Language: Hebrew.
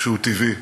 שהוא טבעי,